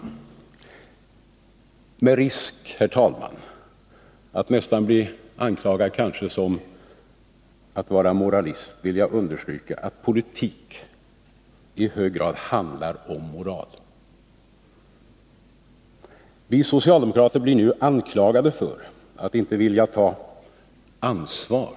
Med risk, herr talman, för att bli anklagad för att vara moralist vill jag understryka att politik i hög grad handlar om moral. Vi socialdemokrater blir nu anklagade för att inte vilja ta ansvar.